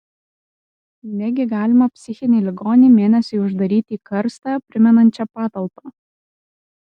negi galima psichinį ligonį mėnesiui uždaryti į karstą primenančią patalpą